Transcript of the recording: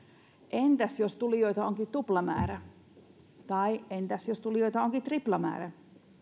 entäs jos tulijoita onkin tuplamäärä tai entäs jos tulijoita onkin triplamäärä